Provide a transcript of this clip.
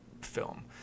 film